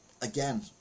again